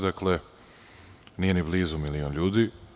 Dakle, nije ni blizu milion ljudi.